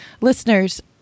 listeners